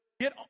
get